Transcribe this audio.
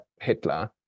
Hitler